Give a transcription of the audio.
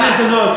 בכנסת הזאת.